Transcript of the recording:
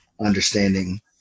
understanding